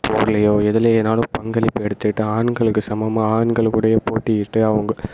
போர்லையோ எதுலையினாலும் பங்களிப்பு எடுத்துக்கிட்டு ஆண்களுக்கு சமமாக ஆண்கள் கூடையே போட்டியிட்டு அவங்க